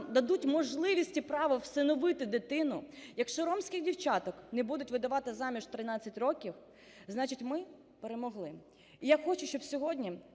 дадуть можливість і право всиновити дитину, якщо ромських дівчаток не будуть видавати заміж в 13 років, значить, ми перемогли.